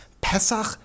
pesach